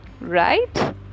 right